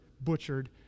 butchered